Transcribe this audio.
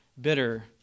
bitter